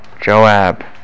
Joab